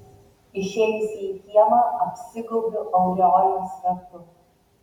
išėjusi į kiemą apsigaubiu aureolės ratu